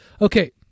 Okay